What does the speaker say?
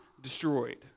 destroyed